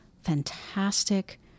fantastic